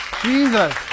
Jesus